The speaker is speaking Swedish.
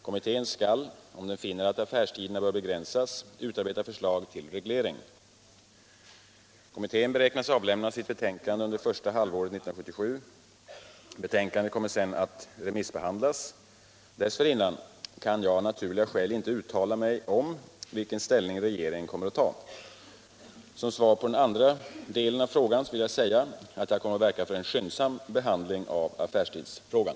Kommittén skall — om den finner att affärstiderna bör begränsas — utarbeta förslag till reglering. Kommittén beräknas avlämna sitt betänkande under första halvåret 1977. Betänkandet kommer sedan att remissbehandlas. Dessförinnan kan jag av naturliga skäl inte uttala mig om vilken ställning regeringen kommer att ta. Som svar på den andra delen av frågan vill jag säga att jag kommer att verka för en skyndsam behandling av affärstidsfrågan.